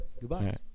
Goodbye